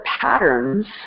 patterns